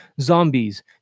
zombies